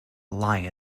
lie